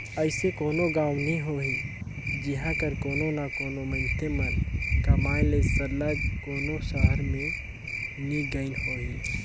अइसे कोनो गाँव नी होही जिहां कर कोनो ना कोनो मइनसे मन कमाए ले सरलग कोनो सहर में नी गइन होहीं